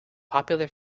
popular